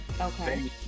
Okay